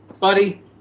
buddy